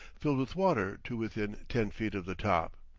filled with water to within ten feet of the top.